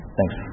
Thanks